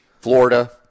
Florida